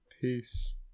Peace